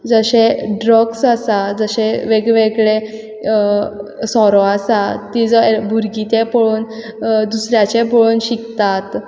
जशे ड्रग्स आसा जशे वेगळे वेगळे सोरो आसा भुरगीं तें पोळोन दुसऱ्याचें पोळोन शिकतात